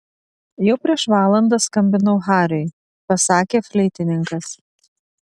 jau prieš valandą skambinau hariui pasakė fleitininkas